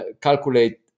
calculate